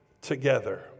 together